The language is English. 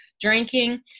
drinking